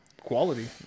quality